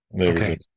okay